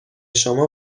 شما